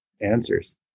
answers